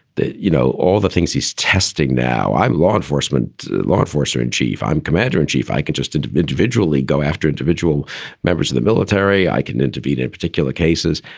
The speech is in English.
that, you know, all the things he's testing now, i'm a law enforcement law enforcer in chief. i'm commander in chief. i can trust and individuals go after individual members of the military. i can intervene in particular cases,